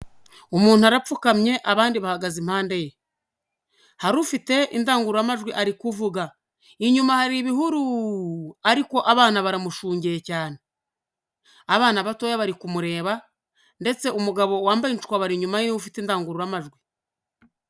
Umuntu arapfukamye abandi bahagaze impande ye, hari ufite indangururamajwi ari kuvuga, inyuma hari ibihuru, ariko abana baramushungeye cyane, abana batoya bari kumureba ndetse umugabo wambaye inshwabari inyuma y'iwe ufite indangururamajwi.